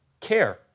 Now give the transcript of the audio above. care